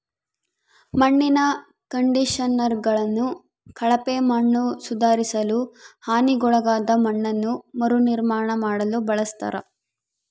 ಮಣ್ಣಿನ ಕಂಡಿಷನರ್ಗಳನ್ನು ಕಳಪೆ ಮಣ್ಣನ್ನುಸುಧಾರಿಸಲು ಹಾನಿಗೊಳಗಾದ ಮಣ್ಣನ್ನು ಮರುನಿರ್ಮಾಣ ಮಾಡಲು ಬಳಸ್ತರ